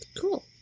Cool